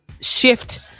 shift